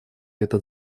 этот